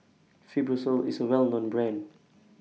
Fibrosol IS A Well known Brand